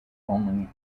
only